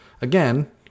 again